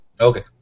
Okay